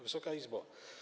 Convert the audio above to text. Wysoka Izbo!